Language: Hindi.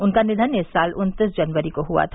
उनका निधन इस साल उन्तीस जनवरी को हुआ था